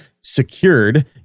secured